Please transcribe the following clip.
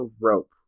rope